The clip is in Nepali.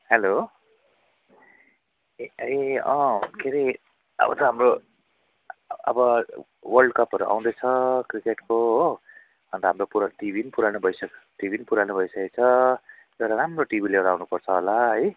हेलो ए के अरे अब त हाम्रो अब वर्ल्डकपहरू आउँदैछ क्रिकेटको हो अन्त हाम्रो पुरा टिभी नै पुरानो भइसक् टिभी नै पुरानो भइसकेको छ एउटा राम्रो टिभी लिएर आउनु पर्छ होला है